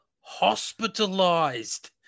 hospitalized